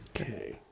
okay